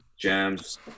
jams